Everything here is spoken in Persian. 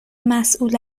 مسئول